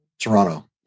Toronto